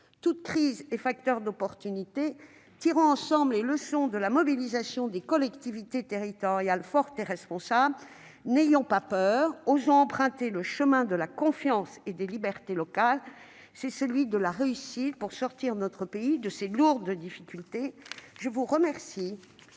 Toute crise offre des occasions à saisir. Tirons ensemble les leçons de la mobilisation des collectivités territoriales, fortes et responsables. N'ayons pas peur. Osons emprunter le chemin de la confiance et des libertés locales : c'est celui de la réussite, pour sortir notre pays de ses lourdes difficultés ! La parole